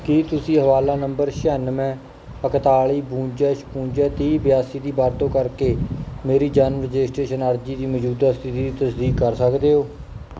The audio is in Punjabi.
ਕੀ ਤੁਸੀਂ ਹਵਾਲਾ ਨੰਬਰ ਛਿਆਨਵੇਂ ਇਕਤਾਲੀ ਬਵੰਜਾ ਛਪੰਜਾ ਤੀਹ ਬਿਆਸੀ ਦੀ ਵਰਤੋਂ ਕਰਕੇ ਮੇਰੀ ਜਨਮ ਰਜਿਸਟ੍ਰੇਸ਼ਨ ਅਰਜ਼ੀ ਦੀ ਮੌਜੂਦਾ ਸਥਿਤੀ ਦੀ ਤਸਦੀਕ ਕਰ ਸਕਦੇ ਹੋ